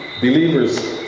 believers